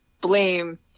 blame